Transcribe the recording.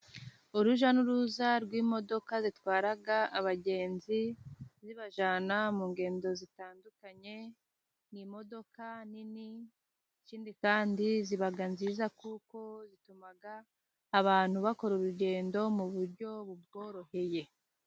Urujya n'uruza rw'imodoka zitwara abagenzi zibajyana mu ngendo zitandukanye. Ni imodoka nini ikindi kandi ziba nziza kuko zituma abantu bakora urugendo mu buryo buboroheye.